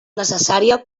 necessària